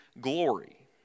glory